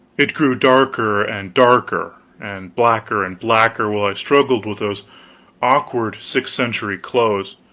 it grew darker and darker and blacker and blacker, while i struggled with those awkward sixth-century clothes.